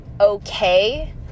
okay